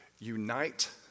Unite